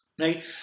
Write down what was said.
Right